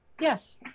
yes